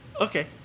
Okay